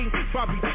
Bobby